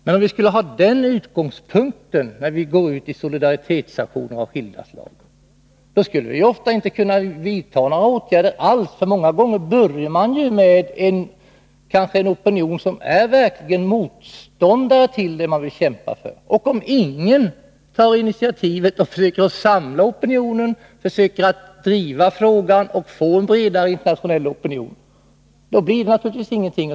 Men om vi skulle ha den utgångspunkten när vi går ut i solidaritetsaktioner av skilda slag skulle vi ofta inte kunna vidta några åtgärder alls, därför att många gånger börjar man ju med en opinion som verkligen är motståndare till det man vill kämpa för. Om ingen tar initiativet och försöker samla opinionen, försöker driva frågan och få en bredare, internationell opinion, blir det naturligtvis ingenting.